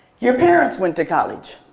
your parents went to college.